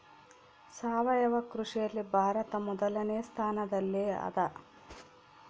ಸಾವಯವ ಕೃಷಿಯಲ್ಲಿ ಭಾರತ ಮೊದಲನೇ ಸ್ಥಾನದಲ್ಲಿ ಅದ